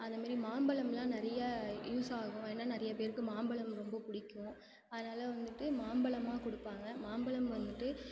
அந்த மாரி மாம்பழம்லாம் நிறையா யூஸ் ஆகும் ஏன்னா நிறைய பேருக்கு மாம்பழம் ரொம்ப பிடிக்கும் அதனால் வந்துட்டு மாம்பழமாக கொடுப்பாங்க மாம்பழம் வந்துட்டு